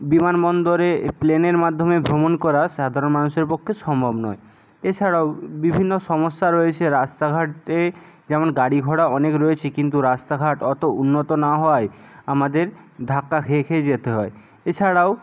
বিমানবন্দরে প্লেনের মাধ্যমে ভ্রমণ করা সাধারণ মানুষের পক্ষে সম্ভব নয় এছাড়াও বিভিন্ন সমস্যা রয়েছে রাস্তাঘাটে যেমন গাড়ি ঘোড়া অনেক রয়েছে কিন্তু রাস্তাঘাট অত উন্নত না হওয়ায় আমাদের ধাক্কা খেয়ে খেয়ে যেতে হয় এছাড়াও